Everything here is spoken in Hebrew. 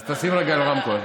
אז תשים רגע על רמקול.